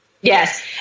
yes